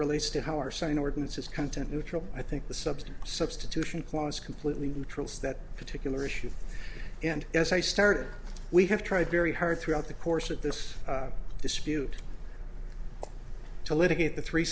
relates to how our sign ordinance is content neutral i think the substance substitution clause completely neutral stat particular issue and as i started we have tried very hard throughout the course of this dispute to litigate th